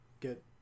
get